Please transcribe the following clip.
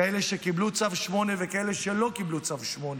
כאלה שקיבלו צו 8, וכאלה שלא קיבלו צו 8